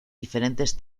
diferentes